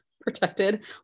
protected